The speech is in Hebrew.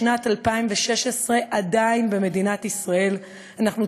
בשנת 2016 במדינת ישראל עדיין אנחנו